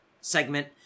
segment